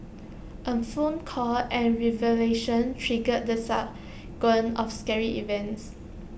A phone call and revelation triggered the sequence of scary events